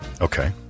Okay